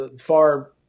far